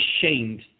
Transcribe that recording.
ashamed